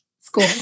School